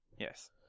yes